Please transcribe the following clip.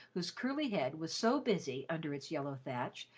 whose curly head was so busy, under its yellow thatch,